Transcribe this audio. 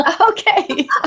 okay